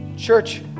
Church